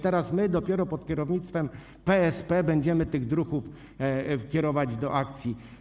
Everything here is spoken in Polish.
Teraz dopiero pod kierownictwem PSP będziemy tych druhów kierować do akcji.